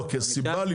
לא, כסיבה לפתוח מקום.